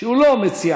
שהוא לא המציע.